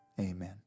amen